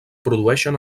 produeixen